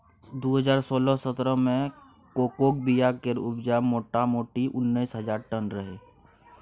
दु हजार सोलह सतरह मे कोकोक बीया केर उपजा मोटामोटी उन्नैस हजार टन रहय